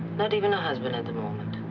not even a husband at the moment.